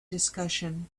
discussion